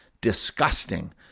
disgusting